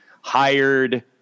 hired